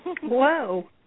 Whoa